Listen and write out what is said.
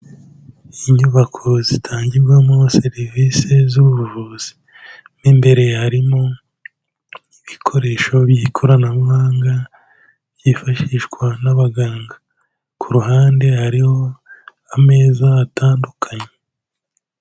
Inyubako zitangirwamo serivisi z'ubuvuzi, mo imbere harimo ibikoresho by'ikoranabuhanga byifashishwa n'abaganga, ku ruhande hariho ameza atandukanye.